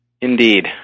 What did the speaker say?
Indeed